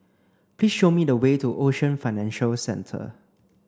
please show me the way to Ocean Financial Centre